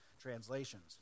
translations